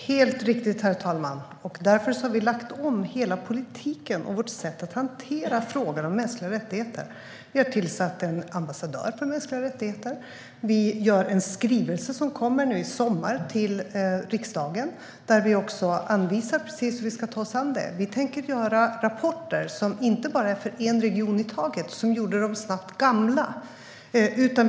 Herr talman! Det är helt riktigt. Vi har därför lagt om hela politiken och vårt sätt att hantera frågan om mänskliga rättigheter. Vi har tillsatt en ambassadör för mänskliga rättigheter. Vi gör en skrivelse som kommer nu i sommar till riksdagen. Där anvisar vi precis hur vi ska ta oss an det. Vi tänker göra rapporter som inte bara är för en region i taget, något som gjorde dem gamla snabbt.